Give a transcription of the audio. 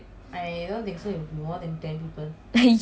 !aiyo! it's so small